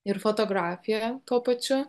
ir fotografija tuo pačiu